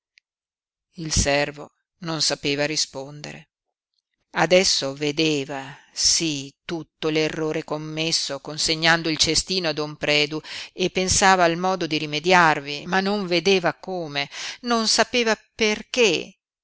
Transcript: il servo non sapeva rispondere adesso vedeva sí tutto l'errore commesso consegnando il cestino a don predu e pensava al modo di rimediarvi ma non vedeva come non sapeva perché